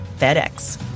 FedEx